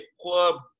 club